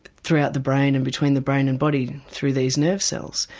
throughout the brain and between the brain and body through these nerve cells.